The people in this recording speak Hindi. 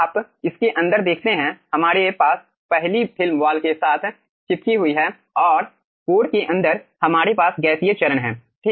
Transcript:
आप इसके अंदर देखते हैं हमारे पास पहली फिल्म वॉल के साथ चिपकी हुई है और कोर के अंदर हमारे पास गैसीय चरण हैं ठीक